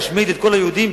להשמיד את כל היהודים,